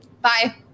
Bye